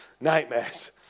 nightmares